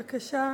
בבקשה,